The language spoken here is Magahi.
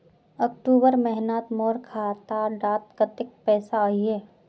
अक्टूबर महीनात मोर खाता डात कत्ते पैसा अहिये?